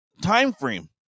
timeframe